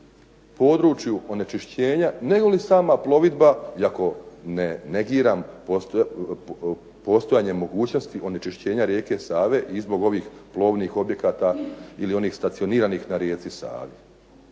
području onečišćenja negoli sama plovidba iako negiram postojanje mogućnosti onečišćenja rijeke Save i zbog ovih plovnih objekata ili onih stacioniranih na rijeci Savi.